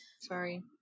sorry